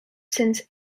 since